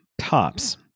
tops